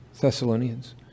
Thessalonians